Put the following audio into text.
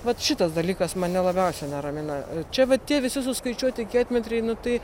vat šitas dalykas mane labiausia neramina čia va tie visi suskaičiuoti kietmetriai nu tai